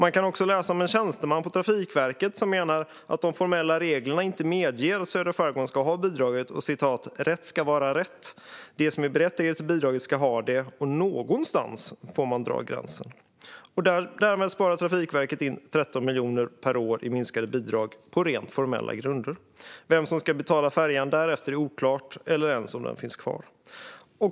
Man kan också läsa om en tjänsteman på Trafikverket som menar att de formella reglerna inte medger att södra skärgården ska ha bidraget. "Rätt ska vara rätt. De som är berättigade till bidraget ska ha det, och någonstans får man dra gränsen." Därmed sparar Trafikverket in 13 miljoner per år i minskade bidrag på rent formella grunder. Vem som ska betala färjan därefter är oklart eller om den ens finns kvar.